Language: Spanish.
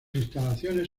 instalaciones